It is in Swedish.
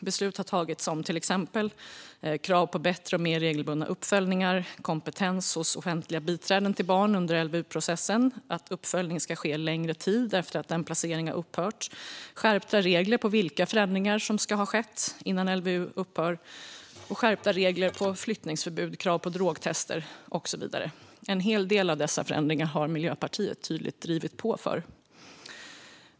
Bland annat har beslut tagits om krav på bättre och mer regelbundna uppföljningar och kompetens hos offentliga biträden till barn under LVU-processen samt att uppföljning ska ske längre tid efter att en placering upphört. Det har också införts skärpta regler på vilka förändringar som ska ha skett innan LVU upphör, skärpta regler för flyttningsförbud, krav på drogtester med mera. En hel del av dessa förändringar har Miljöpartiet tydligt drivit på för.